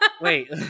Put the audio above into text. wait